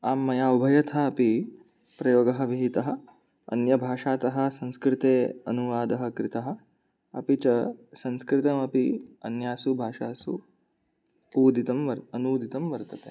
आं मया उभयथा अपि प्रयोगः विहितः अन्यभाषातः संस्कृते अनुवादः कृतः अपि च संस्कृतमपि अन्यासु भाषासु ऊदितम् अनूदितं वर्तते